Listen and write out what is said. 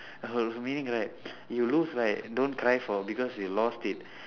meaning right you lose right don't cry for it because you lost it